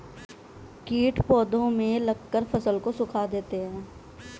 कीट पौधे में लगकर फसल को सुखा देते हैं